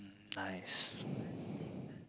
nice